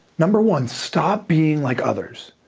number one, stop being like others.